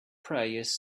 prayers